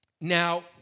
Now